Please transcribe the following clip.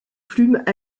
plumes